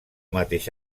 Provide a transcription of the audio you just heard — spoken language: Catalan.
mateix